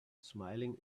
smiling